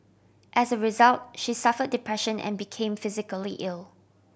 as a result she suffered depression and became physically ill